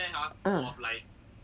ah